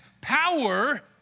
power